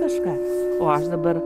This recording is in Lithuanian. kažką o aš dabar